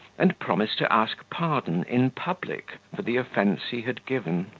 and promise to ask pardon in public for the offence he had given.